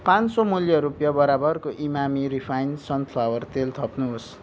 पान सय मूल्य रुपियाँ बराबरको इमामी रिफाइन सनफ्लावर तेल थप्नुहोस्